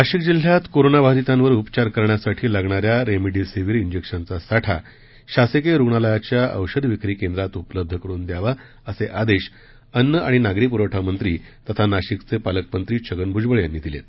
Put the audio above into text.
नाशिक जिल्ह्यात कोरोनाबाधीतांवर उपचार करण्यासाठी लागणाऱ्या रेमडिसिव्हर इंजेक्शन्सचा साठा शासकिय रूग्णालयाच्या औषध विक्री केंद्रात उपलब्ध करून द्यावा असे आदेश अन्न आणि नागरी पुरवठा मंत्री तथा नाशिकचे पालकमंत्री छगन भूजबळ यांनी दिले आहेत